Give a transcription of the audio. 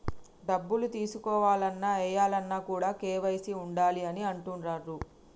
డబ్బులు తీసుకోవాలన్న, ఏయాలన్న కూడా కేవైసీ ఉండాలి అని అంటుంటరు